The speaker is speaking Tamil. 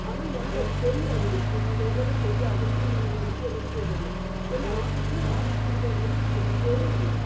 ஆனால் எனக்கு அது தெரியாது நம்ம அந்த வேலையெலாம் செய்ய அவசியம் இல்லைன்னு விஷயம் எனக்கு தெரியாது ஏன்னால் ஆஃபீஸ்சில் ஆஃபீஸ் கொடுக்கறார்ன்னு சொல்லி நான் செஞ்சுக்கிட்டே இருந்தேன்